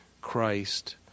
Christ